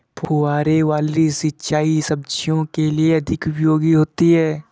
फुहारे वाली सिंचाई सब्जियों के लिए अधिक उपयोगी होती है?